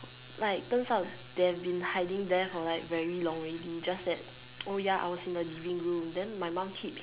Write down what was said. like turns out they have been hiding there for like very long already just that oh ya I was in the living room then my mum keep